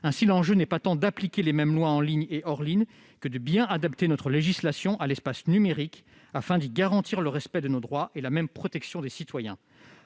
Ainsi l'enjeu est non pas tant d'appliquer les mêmes lois en ligne et hors ligne que de bien adapter notre législation à l'espace numérique, afin d'y garantir le respect de nos droits et la même protection pour tous